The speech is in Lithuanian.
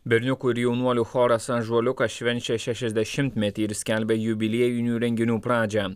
berniukų ir jaunuolių choras ąžuoliukas švenčia šešiasdešimtmetį ir skelbia jubiliejinių renginių pradžią